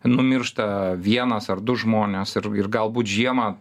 numiršta vienas ar du žmonės ir ir galbūt žiemą